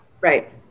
Right